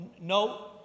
no